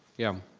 yeah,